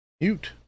mute